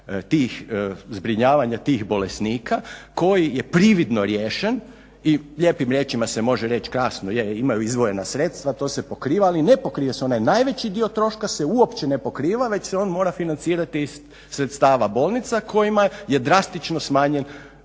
tih zg+zbrinjavanja tih bolesnika koji je prividno riješen i lijepim riječima se može reć, kasno je imaju izdvojena sredstva to se pokrivali i ne pokrije se onaj najveći dio troška se uopće ne pokriva već se on mora financirati iz sredstava bolnica kojima je drastično smanjen